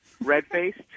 red-faced